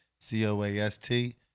C-O-A-S-T